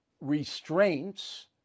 restraints